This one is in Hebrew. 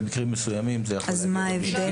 אז מה ההבדל?